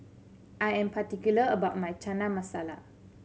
I am particular about my Chana Masala